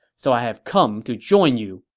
so i have come to join you.